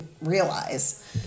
realize